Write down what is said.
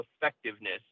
effectiveness